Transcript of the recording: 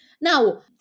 Now